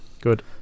Good